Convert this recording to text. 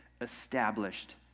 established